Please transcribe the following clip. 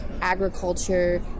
agriculture